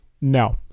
No